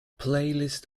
playlists